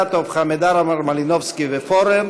עמאר, מלינובסקי ופורר.